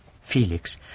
Felix